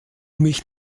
mich